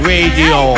Radio